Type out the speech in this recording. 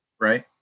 right